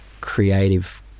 creative